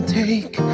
take